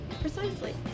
precisely